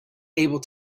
able